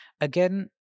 again